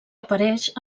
apareix